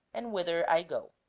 and whither i go.